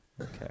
Okay